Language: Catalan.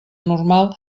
normal